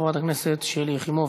חברת הכנסת שלי יחימוביץ.